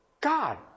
God